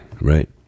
right